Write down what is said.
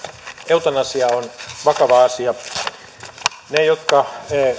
eutanasia on vakava asia niiden jotka